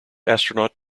astronaut